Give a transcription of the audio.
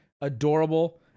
adorable